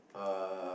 uh